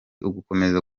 ugukomeza